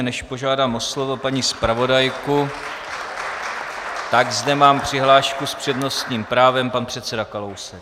Než požádám o slovo paní zpravodajku, tak zde mám přihlášku s přednostním právem pan předseda Kalousek.